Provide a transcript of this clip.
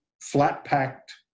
flat-packed